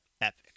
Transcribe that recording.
epic